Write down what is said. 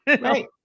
Right